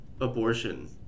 abortion